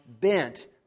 bent